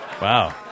Wow